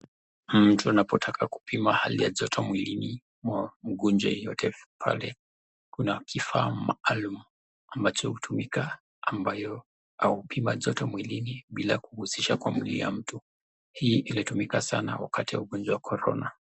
Mtu anapotaka kupima hali ya joto mwilini mwa mgonjwa yeyote pale kuna kifaa maalum ambacho hutumika ambayo hupima joto mwilini bila kughusisha kwa mli wa mtu. Hii ilitumika sana wakati wa ugonjwa wa Corona.